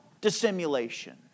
dissimulation